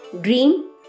dream